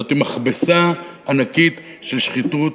זאת מכבסה ענקית של שחיתות,